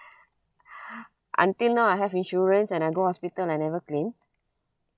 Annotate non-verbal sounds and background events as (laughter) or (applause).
(breath) until now I have insurance and I go hospital I never claim